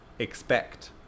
Expect